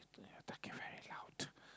talking very loud